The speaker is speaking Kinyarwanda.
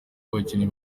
abakinnyi